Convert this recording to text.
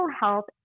health